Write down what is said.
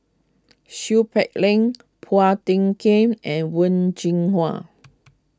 Seow Peck Leng Phua Thin Kiay and Wen Jinhua